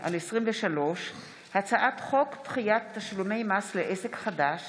פ/2178/23 וכלה בהצעת חוק פ/2225/23: הצעת חוק דחיית תשלומי מס לעסק חדש